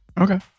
Okay